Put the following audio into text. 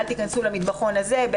לא להיכנס למטבחון וכולי.